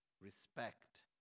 respect